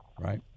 Right